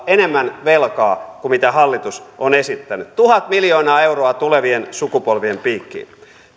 enemmän velkaa kuin mitä hallitus on esittänyt tuhat miljoonaa euroa tulevien sukupolvien piikkiin